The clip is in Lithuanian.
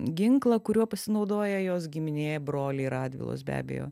ginklą kuriuo pasinaudoja jos giminė broliai radvilos be abejo